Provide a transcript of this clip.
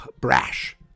brash